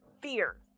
Fear